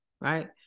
right